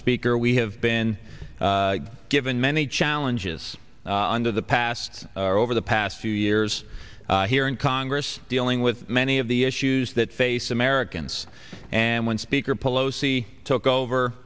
speaker we have been given many challenges under the past or over the past few years here in congress dealing with many of the issues that face americans and when speaker pelosi took over